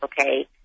okay